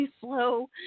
slow